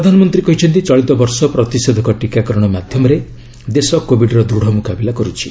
ପ୍ରଧାନମନ୍ତ୍ରୀ କହିଛନ୍ତି ଚଳିତ ବର୍ଷ ପ୍ରତିଷେଧକ ଟିକାକରଣ ମାଧ୍ୟମରେ ଦେଶ କୋବିଡ୍ର ଦୃଢ଼ ମୁକାବିଲା କରୁଛି